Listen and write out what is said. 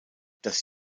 das